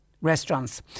Restaurants